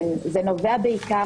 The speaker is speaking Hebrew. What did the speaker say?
זה נובע בעיקר,